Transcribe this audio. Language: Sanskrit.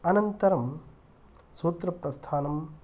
अनन्तरं सूत्रप्रस्थानं